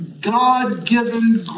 God-given